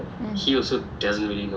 mm